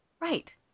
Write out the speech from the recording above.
Right